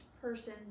person